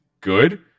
good